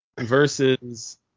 versus